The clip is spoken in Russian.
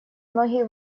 многие